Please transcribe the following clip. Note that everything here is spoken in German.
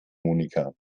monika